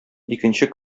икенче